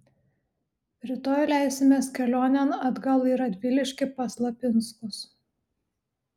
rytoj leisimės kelionėn atgal į radviliškį pas lapinskus